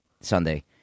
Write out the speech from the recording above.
Sunday